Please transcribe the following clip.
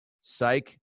psych